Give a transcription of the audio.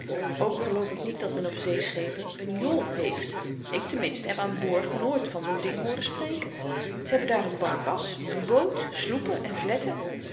ook geloof ik niet dat men op zeeschepen n jol heeft ik ten minste heb aan boord nooit van zoo'n ding hooren spreken ze hebben daar n barkas n boot sloepen en vletten